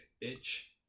itch